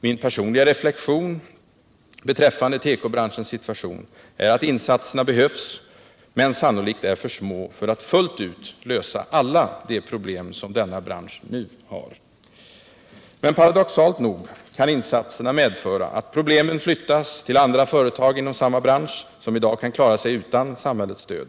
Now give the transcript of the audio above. Min personliga reflexion beträffande tekobranschens situation är att insatserna behövs men sannolikt är för små för att fullt ut lösa alla de problem som denna bransch nu har. Men paradoxalt nog kan insatserna medföra att problemen flyttas till andra företag inom samma bransch som i dag kan klara sig utan samhällets stöd.